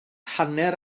hanner